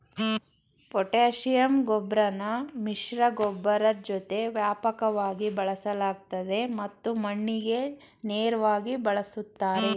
potassium ಗೊಬ್ರನ ಮಿಶ್ರಗೊಬ್ಬರದ್ ಜೊತೆ ವ್ಯಾಪಕವಾಗಿ ಬಳಸಲಾಗ್ತದೆ ಮತ್ತು ಮಣ್ಣಿಗೆ ನೇರ್ವಾಗಿ ಬಳುಸ್ತಾರೆ